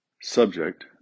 subject